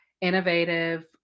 innovative